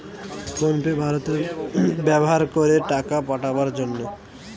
phone pay ভারতে ব্যাভার করে টাকা পাঠাবার জন্যে